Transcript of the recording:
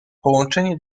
połączenie